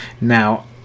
Now